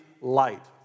light